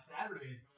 Saturdays